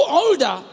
older